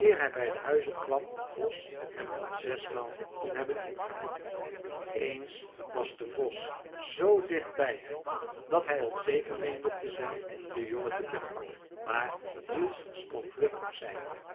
bij de huizen kwam de vos hem wel zesmaal kon hebben ingehaald eens was de vos z dicht bij hem dat hij al zeker meende te zijn den jongen te kunnen pakken maar niels sprong vlug op